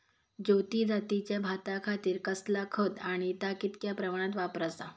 ज्योती जातीच्या भाताखातीर कसला खत आणि ता कितक्या प्रमाणात वापराचा?